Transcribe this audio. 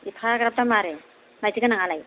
एफाग्राब दाम आरो माइदि गोनाङालाय